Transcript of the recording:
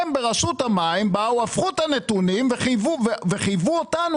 הם ברשות המים הפכו את הנתונים וחייבו אותנו